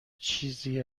چیزی